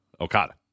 Okada